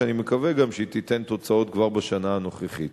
שאני מקווה גם שהיא תיתן תוצאות כבר בשנה הנוכחית.